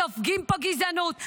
סופגים פה גזענות.